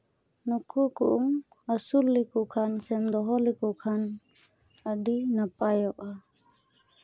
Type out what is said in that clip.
ᱱᱩᱠᱩ ᱠᱚᱢ ᱟᱹᱥᱩᱞ ᱞᱮᱠᱚ ᱠᱷᱟᱱ ᱥᱮᱢ ᱫᱚᱦᱚ ᱞᱮᱠᱚ ᱠᱷᱟᱱ ᱟᱹᱰᱤ ᱱᱟᱯᱟᱭᱚᱜᱼᱟ